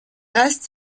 rest